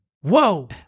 Whoa